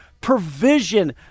provision